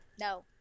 No